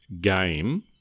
game